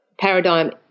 paradigm